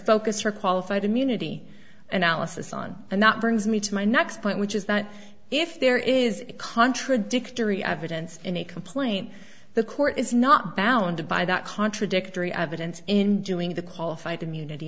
focus or qualified immunity analysis on and that brings me to my next point which is that if there is contradictory evidence in a complaint the court is not bound by that contradictory evidence in doing the qualified immunity